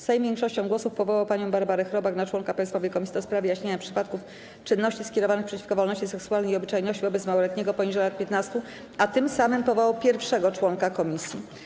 Sejm większością głosów powołał panią Barbarę Chrobak na członka Państwowej Komisji do spraw wyjaśniania przypadków czynności skierowanych przeciwko wolności seksualnej i obyczajności wobec małoletniego poniżej lat 15, a tym samym powołał pierwszego członka komisji.